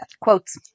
Quotes